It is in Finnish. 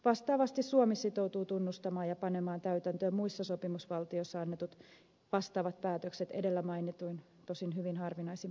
vastaavasti suomi sitoutuu tunnustamaan ja panemaan täytäntöön muissa sopimusvaltioissa annetut vastaavat päätökset edellä mainituin tosin hyvin harvinaisin poikkeuksin